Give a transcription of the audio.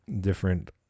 different